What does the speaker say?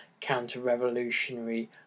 counter-revolutionary